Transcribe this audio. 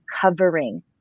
covering